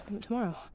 tomorrow